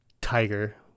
tiger